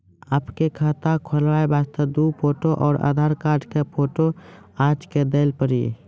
आपके खाते खोले वास्ते दु फोटो और आधार कार्ड के फोटो आजे के देल पड़ी?